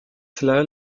cela